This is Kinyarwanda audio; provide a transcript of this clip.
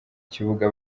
kibuga